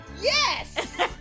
yes